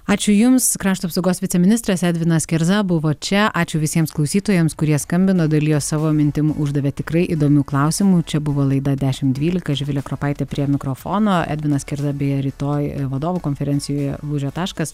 ačiū jums krašto apsaugos viceministras edvinas kerza buvo čia ačiū visiems klausytojams kurie skambino dalijos savo mintim uždavė tikrai įdomių klausimų čia buvo laida dešimt dvylika živilė kropaitė prie mikrofono edvinas kerza beje rytoj vadovų konferencijoje lūžio taškas